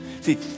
See